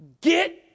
get